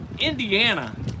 Indiana